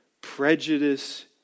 Prejudice